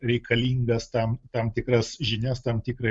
reikalingas tam tam tikras žinias tam tikrą